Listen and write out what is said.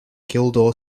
guildhall